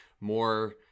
more